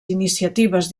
iniciatives